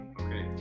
okay